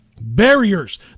barriers